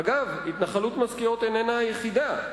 אגב, התנחלות משכיות איננה היחידה.